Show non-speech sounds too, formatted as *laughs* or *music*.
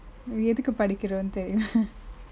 எதுக்கு படிக்குரொ தெரில:yethaku padikuro therila *laughs*